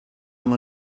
amb